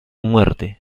muerte